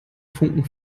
funken